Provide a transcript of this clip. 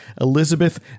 Elizabeth